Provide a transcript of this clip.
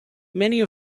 many